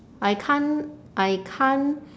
I can't I can't